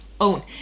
own